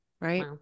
Right